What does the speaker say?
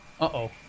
Uh-oh